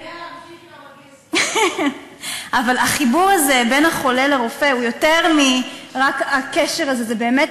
יש נטייה להישאר אצל רופא ילדים גם אחרי גיל 24. החיבור הזה בין החולה לרופא הוא יותר מהקשר הזה בלבד.